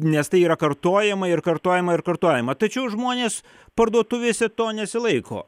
nes tai yra kartojama ir kartojama ir kartojama tačiau žmonės parduotuvėse to nesilaiko